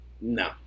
no